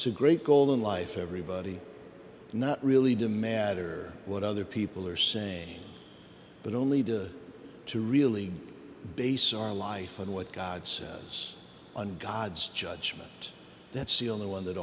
a great goal in life everybody not really do matter what other people are saying but only to to really base our life and what god says on god's judgment that seal the one that